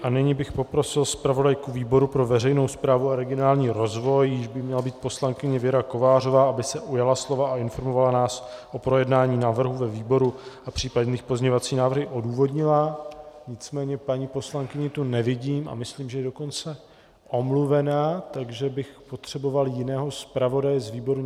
A nyní bych poprosil zpravodajku výboru pro veřejnou správu a regionální rozvoj, jíž by měla být poslankyně Věra Kovářová, aby se ujala slova a informovala nás o projednání návrhu ve výboru a případné pozměňovací návrhy odůvodnila, nicméně paní poslankyni tu nevidím a myslím, že je dokonce omluvena, takže bych potřeboval jiného zpravodaje z výboru.